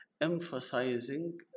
emphasizing